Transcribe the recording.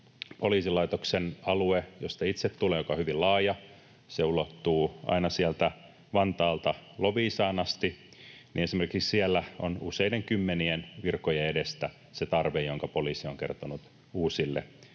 poliisilaitoksen alue, josta itse tulen ja joka on hyvin laaja — se ulottuu aina Vantaalta Loviisaan asti — niin esimerkiksi siellä on useiden kymmenien virkojen edestä se tarve, jonka poliisi on kertonut uusille